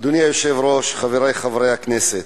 אדוני היושב-ראש, חברי חברי הכנסת,